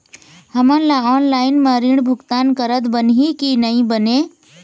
हमन ला ऑनलाइन म ऋण भुगतान करत बनही की नई बने?